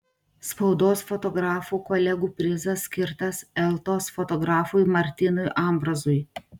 spaudos fotografų kolegų prizas skirtas eltos fotografui martynui ambrazui